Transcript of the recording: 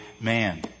man